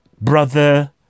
brother